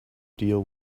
deal